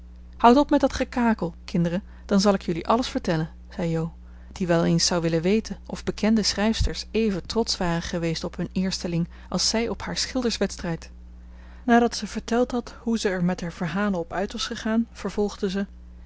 houd op met dat gekakel kinderen dan zal ik jullie alles vertellen zei jo die wel eens zou willen weten of bekende schrijfsters even trotsch waren geweest op hun eersteling als zij op haar schilders wedstrijd nadat zij verteld had hoe ze er met haar verhalen op uit was gegaan vervolgde ze